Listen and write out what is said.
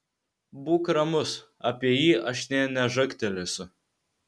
būk ramus apie jį aš nė nežagtelėsiu